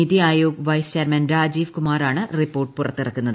NITI Aayog vice chairman Rajeev കുമാറാണ് report പുറത്തിറക്കുന്നത്